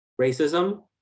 racism